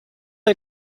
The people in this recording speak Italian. hai